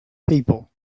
people